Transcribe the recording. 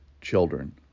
children